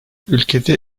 ülkede